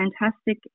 fantastic